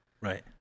right